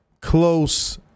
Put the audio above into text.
close